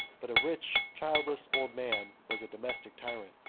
but a rich childish old man was a domestic tyrant,